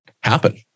happen